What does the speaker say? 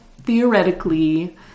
theoretically